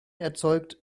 erzeugt